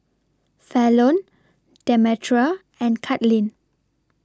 Fallon Demetra and Katlin